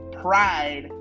pride